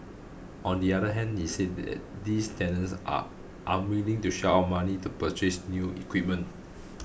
on the other hand he said that these tenants are unwilling to shell out money to purchase new equipment